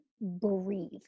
breathe